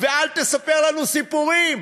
ואל תספר לנו סיפורים.